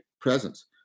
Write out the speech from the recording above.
presence